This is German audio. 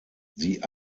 sie